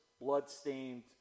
blood-stained